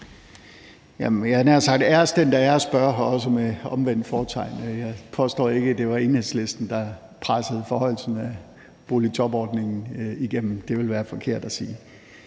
sagt, at æres den, der æres bør, og også med omvendt fortegn. Jeg påstår ikke, at det var Enhedslisten, der pressede forhøjelsen af boligjobordningen igennem. Det ville være forkert at sige.